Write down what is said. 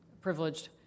privileged